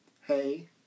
hey